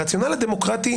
הרציונל הדמוקרטי,